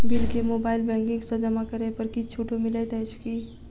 Bill केँ mobile banking सँ जमा करै पर किछ छुटो मिलैत अछि की?